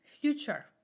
future